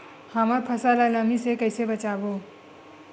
हमर फसल ल नमी से क ई से बचाबो?